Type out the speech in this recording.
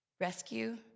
rescue